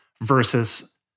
versus